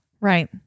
Right